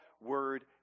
word